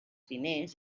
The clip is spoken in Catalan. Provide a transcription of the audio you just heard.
diners